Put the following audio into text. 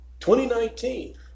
2019